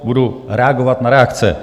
Budu reagovat na reakce.